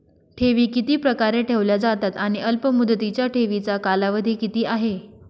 ठेवी किती प्रकारे ठेवल्या जातात आणि अल्पमुदतीच्या ठेवीचा कालावधी किती आहे?